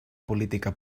política